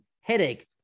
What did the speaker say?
headache